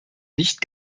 nicht